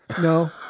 No